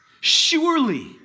surely